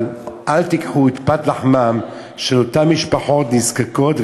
אל תיקחו את פת לחמן של אותן משפחות נזקקות,